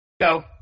Go